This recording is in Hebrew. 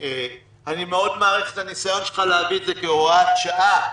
אני מאוד מעריך את הניסיון שלך להביא את זה כהוראת שעה,